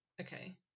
Okay